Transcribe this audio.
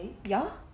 ya